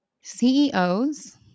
CEOs